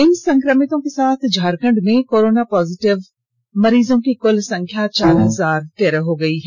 इन संक्रमितों के साथ झरखंड में कोरोना पॉजिटिव मरीजों की कुल संख्या चार हजार तेरह हो गयी है